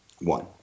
one